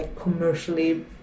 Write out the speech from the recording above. commercially